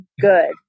good